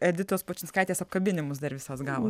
editos pučinskaitės apkabinimus dar visos gavo